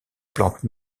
plante